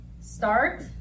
start